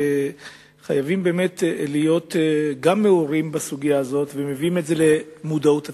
חייבים להיות גם מעורים בסוגיה הזאת ולהביאה למודעות הציבור.